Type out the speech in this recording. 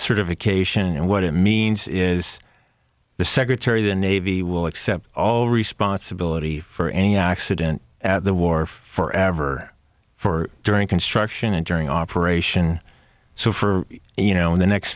certification and what it means is the secretary the navy will accept all responsibility for any accident at the wharf forever for during construction and during operation so for you know in the next